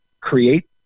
create